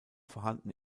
vorhanden